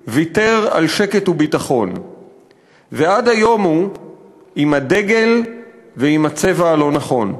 / ויתר על שקט וביטחון / ועד היום הוא עם הדגל / ועם הצבע הלא-נכון.